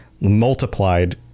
multiplied